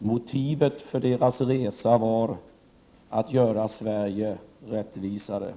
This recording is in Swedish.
Motivet för deras resa var att göra Sverige rättvisare.